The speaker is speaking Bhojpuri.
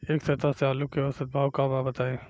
एक सप्ताह से आलू के औसत भाव का बा बताई?